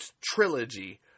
trilogy